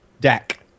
Dak